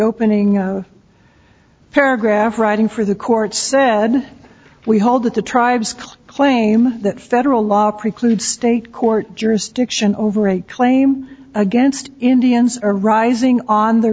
opening paragraph writing for the court said we hold that the tribes claim that federal law preclude state court jurisdiction over a claim against indians are rising on the